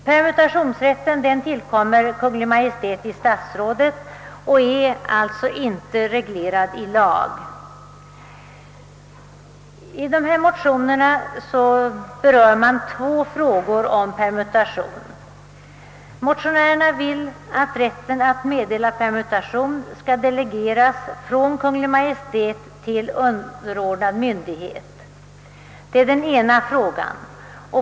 Permutationsrätten tillkommer Kungl. Maj:t i statsrådet och är inte reglerad i lag. I de motioner som väckts i ärendet berör motionärerna två frågor om permutation. De vill att rätten att meddela permutation skall delegeras från Kungl. Maj:t till underordnad myndighet.